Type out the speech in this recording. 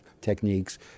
techniques